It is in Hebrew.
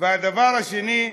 והדבר השני,